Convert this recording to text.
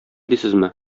дисезме